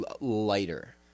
lighter